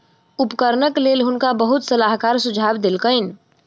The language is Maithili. उपकरणक लेल हुनका बहुत सलाहकार सुझाव देलकैन